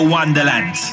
Wonderland